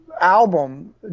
album